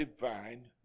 divine